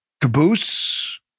caboose